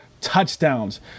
touchdowns